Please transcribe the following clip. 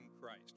Christ